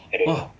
!wah!